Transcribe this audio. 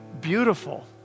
beautiful